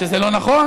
שזה לא נכון,